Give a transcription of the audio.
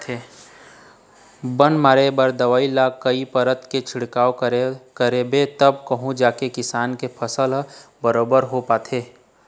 बन मारे बर दवई ल कई परत के छिड़काव करबे तब कहूँ जाके किसान के फसल ह बरोबर हो पाथे